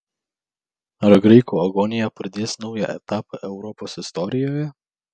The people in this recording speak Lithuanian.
ar graikų agonija pradės naują etapą europos istorijoje